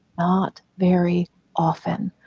not very often.